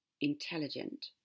intelligent